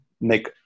make